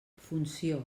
funció